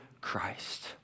Christ